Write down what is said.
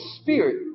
spirit